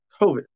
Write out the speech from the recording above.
COVID